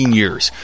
years